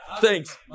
Thanks